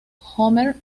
homer